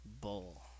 Bull